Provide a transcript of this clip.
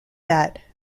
that